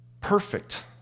perfect